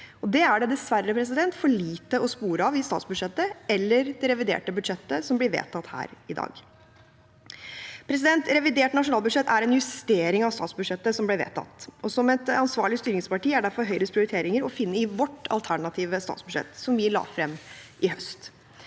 Det er det dessverre for lite spor av i statsbudsjettet eller i det reviderte budsjettet som blir vedtatt her i dag. Revidert nasjonalbudsjett er en justering av statsbudsjettet som ble vedtatt, og som et ansvarlig styringsparti viser derfor Høyre sine prioriteringer i sitt alternative statsbudsjett, som vi la frem i høst.